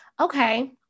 okay